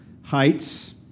heights